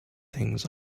things